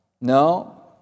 no